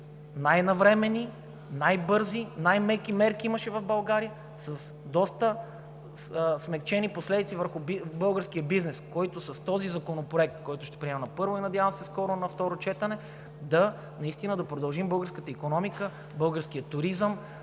най-навременни, най-бързи, най-меки мерки имаше в България с доста смекчени последици върху българския бизнес, който с този законопроект, който ще приемем на първо и, надявам се, скоро на второ четене, наистина да продължим българската икономика, българския туризъм,